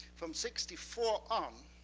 from sixty four on,